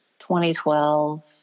2012